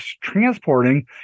transporting